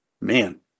Man